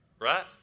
right